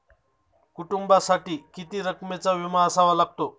कुटुंबासाठी किती रकमेचा विमा असावा लागतो?